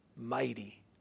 mighty